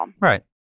Right